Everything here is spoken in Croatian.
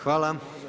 Hvala.